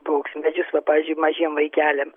paukščių medžius va pavyzdžiui mažiem vaikeliam